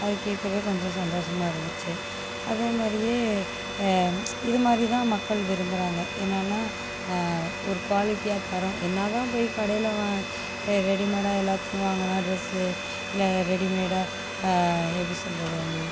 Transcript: அதை கேட்கவே கொஞ்சம் சந்தோசமாக இருந்துச்சு அதேமாதிரியே இதுமாதிரித்தான் மக்கள் விரும்புகிறாங்க என்னெனா ஒரு குவாலிட்டியாக தரம் என்ன தான் போய் கடையில் வா ரெடிமேடா எல்லாத்தையும் வாங்கினா ட்ரெஸ்சு இல்லை ரெடிமேடாக எப்படி சொல்கிறது